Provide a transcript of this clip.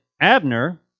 Abner